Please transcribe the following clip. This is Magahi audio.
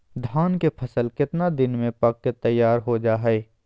धान के फसल कितना दिन में पक के तैयार हो जा हाय?